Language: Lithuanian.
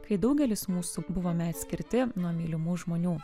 kai daugelis mūsų buvome atskirti nuo mylimų žmonių